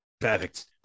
Perfect